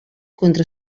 contra